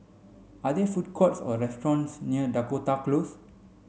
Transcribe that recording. are there food courts or restaurants near Dakota Close